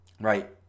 right